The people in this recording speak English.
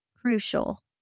crucial